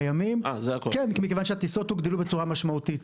ימים כי הטיסות הוגדלו בצורה משמעותית.